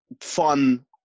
fun